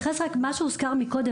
שהוזכר מקודם,